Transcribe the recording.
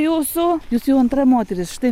jūsų jūs jau antra moteris štai